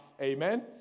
Amen